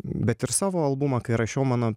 bet ir savo albumą kai rašiau mano